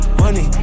money